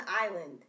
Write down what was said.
island